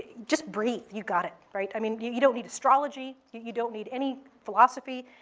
just breathe. you got it, right? i mean you you don't need astrology. you don't need any philosophy.